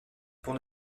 pour